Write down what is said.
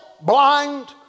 blind